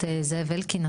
הכנסת זאב אלקין,